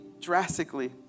drastically